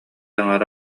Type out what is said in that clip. аҥаара